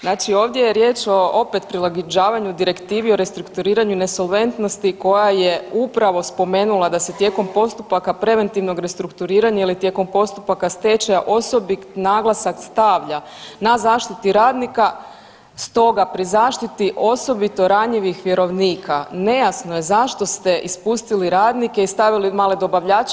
Znači ovdje je riječ opet prilagođavanju direktivi o restrukturiranju nesolventnosti koja je upravo spomenula da se tijekom postupaka preventivnog restrukturiranja ili tijekom postupaka stečaja osobi naglasak stavlja na zaštiti radnika, stoga pri zaštiti osobito ranjivih vjerovnika nejasno je zašto ste ispustili radnike i stavili male dobavljače.